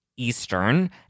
Eastern